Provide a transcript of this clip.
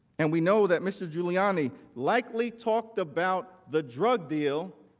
and we know that mr. giuliani likely talked about the drug deal